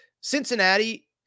Cincinnati